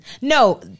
No